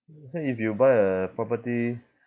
say if you buy a property